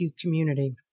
community